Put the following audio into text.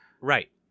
Right